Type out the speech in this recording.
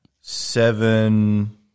Seven